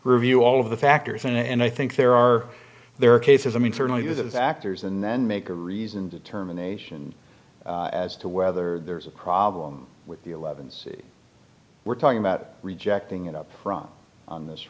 review all of the factors and i think there are there are cases i mean certainly there's actors and then make a reasoned determination as to whether there's a problem with the elevons we're talking about rejecting it up front on this